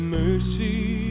mercy